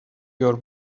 your